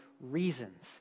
reasons